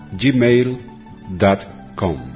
gmail.com